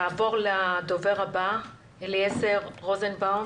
נעבור לדובר הבא, אליעזר רוזנבאום